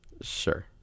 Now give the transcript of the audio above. Sure